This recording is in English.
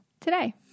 today